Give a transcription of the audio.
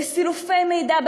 בסילופי מידע,